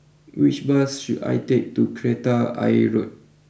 which bus should I take to Kreta Ayer Road